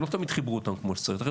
שלא